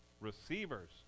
receivers